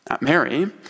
Mary